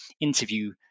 interview